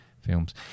films